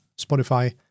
Spotify